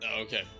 Okay